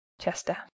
Chester